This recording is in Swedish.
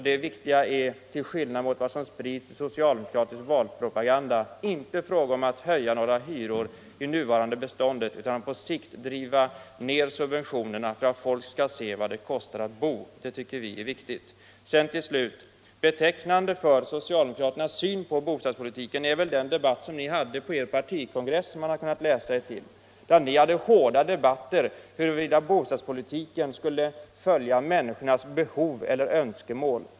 Det viktiga är — till skillnad mot vad som skrivs i socialdemokratisk valpropaganda — att inte höja några hyror i det nuvarande beståndet utan att på sikt driva ner subventionerna för att folk skall se vad det kostar att bo. Betecknande för socialdemokraternas syn på bostadspolitiken är den debatt som fördes på deras partikongress och som vi sedan har kunnat läsa om. Där fördes hårda debatter huruvida bostadspolitiken skulle följa människornas ”behov” eller ”önskemål”.